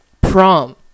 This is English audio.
prom